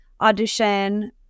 audition